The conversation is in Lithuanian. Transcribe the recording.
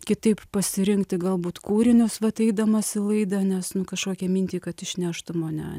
kitaip pasirinkti galbūt kūrinius vat eidamas į laidą nes nu kažkokią mintį kad išneštų mane